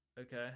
Okay